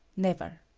never.